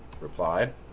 replied